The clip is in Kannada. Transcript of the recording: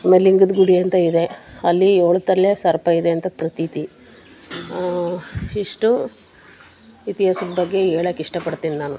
ಆಮೇಲೆ ಲಿಂಗದ ಗುಡಿ ಅಂತ ಇದೆ ಅಲ್ಲಿ ಏಳು ತಲೆ ಸರ್ಪ ಇದೆ ಅಂತ ಪ್ರತೀತಿ ಇಷ್ಟು ಇತಿಹಾಸದ ಬಗ್ಗೆ ಹೇಳಕ್ ಇಷ್ಟಪಡ್ತೀನಿ ನಾನು